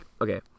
okay